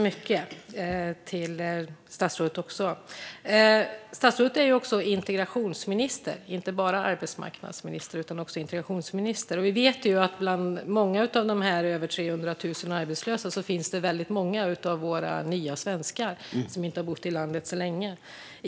Fru talman! Statsrådet är ju inte bara arbetsmarknadsminister utan också integrationsminister. Vi vet att bland de över 300 000 arbetslösa finns väldigt många av våra nya svenskar som inte har bott i landet så länge.